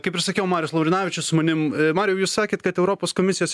kaip ir sakiau marius laurinavičius su manim mariau jūs sakėt kad europos komisijos